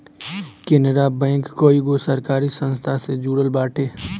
Canara bank कईगो सरकारी संस्था से जुड़ल बाटे